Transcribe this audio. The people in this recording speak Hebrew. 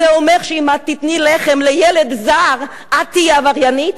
זה אומר שאם את תיתני לחם לילד זר את תהיי עבריינית?